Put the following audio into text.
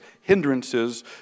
hindrances